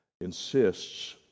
insists